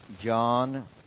John